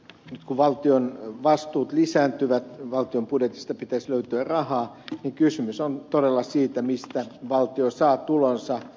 nyt kun valtion vastuut lisääntyvät valtion budjetista pitäisi löytyä rahaa ja kysymys on todella siitä mistä valtio saa tulonsa